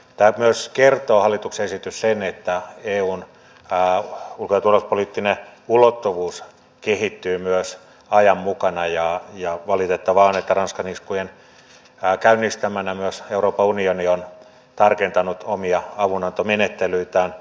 hallituksen esitys kertoo myös sen että eun ulko ja turvallisuuspoliittinen ulottuvuus kehittyy myös ajan mukana ja valitettavaa on että ranskan iskujen käynnistämänä myös euroopan unioni on tarkentanut omia avunantomenettelyitään